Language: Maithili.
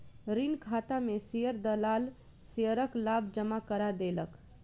ऋण खाता में शेयर दलाल शेयरक लाभ जमा करा देलक